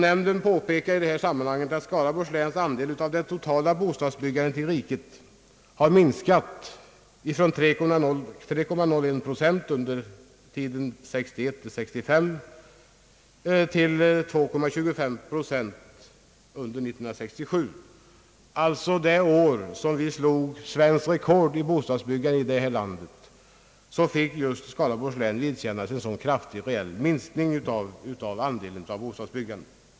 Nämnden påpekar i sammanhanget att Skaraborgs läns andel av det totala bostadsbyggandet i riket har minskat från 3,01 procent under perioden 1961— 1965 till 2,25 procent under år 1967, alltså det år som vi i landet som helhet satte nytt rekord i bostadsbyggande. Detta betyder att Skaraborgs län fick vidkännas en kraftig minskning av andelen av bostadsbyggandet.